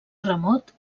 remot